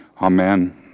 Amen